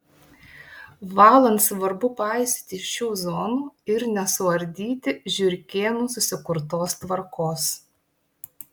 valant svarbu paisyti šių zonų ir nesuardyti žiurkėnų susikurtos tvarkos